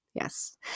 yes